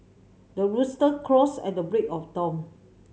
the rooster crows at the break of dawn